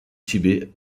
tibet